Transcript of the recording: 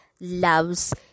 loves